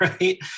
right